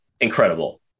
incredible